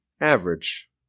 average